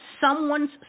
someone's